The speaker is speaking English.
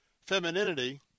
femininity